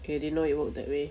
K didn't know it worked that way